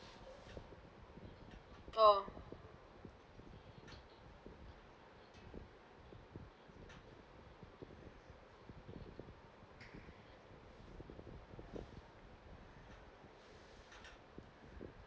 oh